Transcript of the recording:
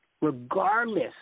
regardless